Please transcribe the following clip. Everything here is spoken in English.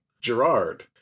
Gerard